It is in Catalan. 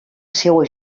seua